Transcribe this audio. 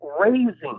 raising